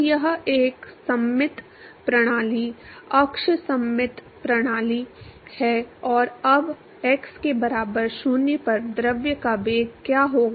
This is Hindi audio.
तो यह एक सममित प्रणाली अक्ष सममित प्रणाली है और अब x के बराबर 0 पर द्रव का वेग क्या होगा